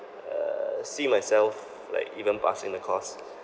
uh see myself like even passing the course